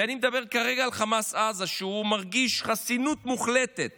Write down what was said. ואני מדבר כרגע על חמאס עזה, מרגיש חסינות מוחלטת